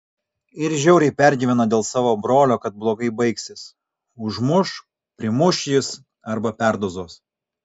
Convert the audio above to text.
ir žiauriai pergyvena dėl savo brolio kad blogai baigsis užmuš primuš jis arba perdozuos